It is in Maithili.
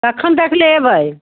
कखन तकले अयबै